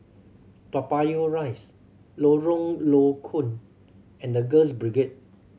Toa Payoh Rise Lorong Low Koon and The Girls Brigade